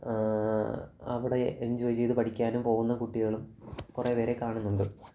അവിടെ എൻജോയ് ചെയ്ത് പഠിക്കാനും പോകുന്ന കുട്ടികളും കുറെ പേരെ കാണുന്നുണ്ട്